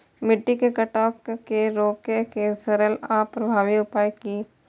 मिट्टी के कटाव के रोके के सरल आर प्रभावी उपाय की?